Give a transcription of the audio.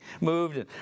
moved